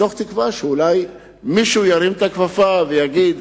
מתוך תקווה שאולי מישהו ירים את הכפפה ויגיד: